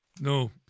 No